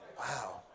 Wow